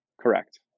Correct